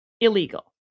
illegal